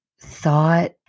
thought